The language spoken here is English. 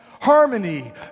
harmony